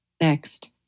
Next